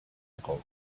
drauf